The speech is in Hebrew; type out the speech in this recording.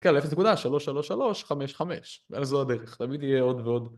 כן, 0.33355 ואין לזה עוד דרך, תמיד יהיה עוד ועוד